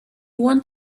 want